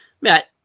Matt